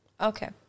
Okay